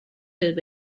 filled